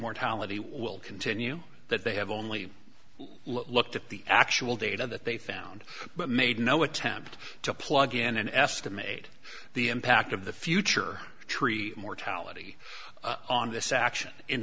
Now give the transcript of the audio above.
mortality will continue that they have only looked at the actual data that they found but made no attempt to plug in an estimate the impact of the future tree mortality on this action in